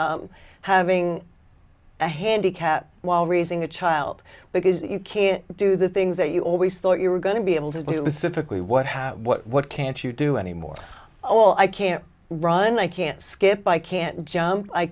with having a handicap while raising a child because you can't do the things that you always thought you were going to be able to do with suffolk we would have what can't you do any more oh i can't run i can't skip i can't jump i